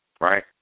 Right